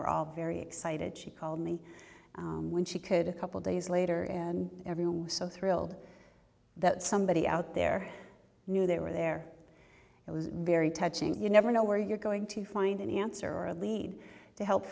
were all very excited she called me when she could couple days later and everyone was so thrilled that somebody out there knew they were there it was very touching you never know where you're going to find an answer or a lead to help